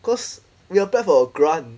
cause we applied for a grant